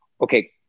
Okay